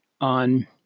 on